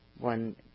one